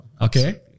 Okay